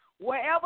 wherever